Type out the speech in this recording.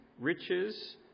riches